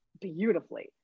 beautifully